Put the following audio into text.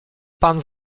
pan